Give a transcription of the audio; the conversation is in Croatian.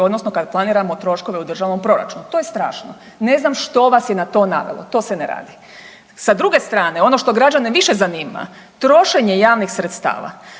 odnosno kad planiramo troškove u državnom proračunu. To je strašno. Ne znam što vas je na to navelo. To se ne radi. Sa druge strane, ono što građane više zanima, trošenje javnih sredstava.